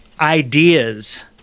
ideas